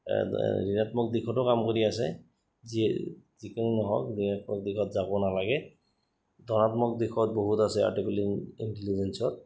ঋণাত্মক দিশতো কাম কৰি আছে যি যিকি নহওক ঋণাত্মক দিশত যাব নালাগে ধনাত্মক দিশত বহুত আছে আৰ্টিফিচিয়েল ইণ্টেলিজেঞ্চত